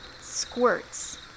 squirts